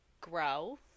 grow